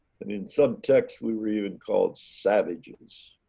and in some texts we were even called savages.